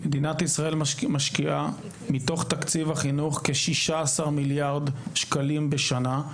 מדינת ישראל משקיעה מתוך תקציב החינוך כ- 16 מיליארד שקלים בשנה.